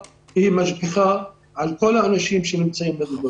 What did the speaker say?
משגיחה על כל האנשים שנמצאים בבידוד.